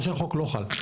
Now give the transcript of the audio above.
לא כשהחוק לא חל.